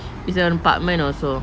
is a apartment also